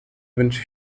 wünsche